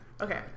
okay